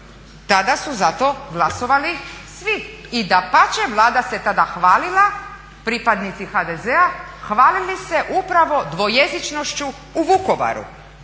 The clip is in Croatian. tada su za to glasovali svi i dapače vlada se tada hvalila pripadnici HDZ-a hvalili se upravo dvojezičnošću u Vukovaru.